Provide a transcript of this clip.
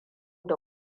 da